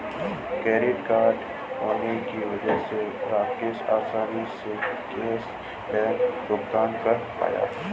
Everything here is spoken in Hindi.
क्रेडिट कार्ड होने की वजह से राकेश आसानी से कैशलैस भुगतान कर पाया